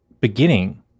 beginning